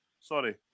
Sorry